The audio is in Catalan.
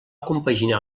compaginar